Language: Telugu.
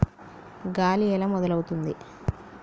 గాలి ఎలా మొదలవుతుంది?